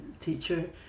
teacher